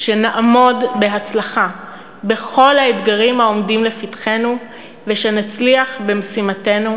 שנעמוד בהצלחה בכל האתגרים העומדים לפתחנו ושנצליח במשימתנו